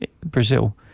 Brazil